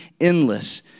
endless